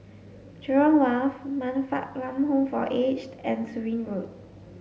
Jurong Wharf Man Fatt Lam Home for Aged and Surin Road